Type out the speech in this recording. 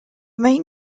main